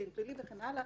דין פלילי וכן הלאה,